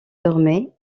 dormait